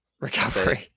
recovery